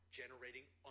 generating